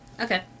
Okay